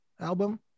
album